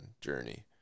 journey